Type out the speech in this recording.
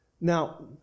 Now